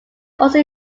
also